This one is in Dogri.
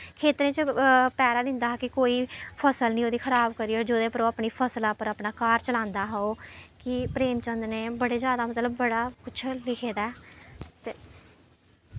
खेत्तरें च पैह्रा दिंदा हा कि कोई फसल निं ओह्दी खराब करी ओड़ै जेह्दे पर ओह् अपनी फसला उप्पर अपना घर चलांदा हा ओह् कि प्रेमचन्द ने बड़े जादा मतलब बड़ा कुछ लिखे दा ऐ ते